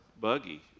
buggy